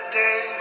day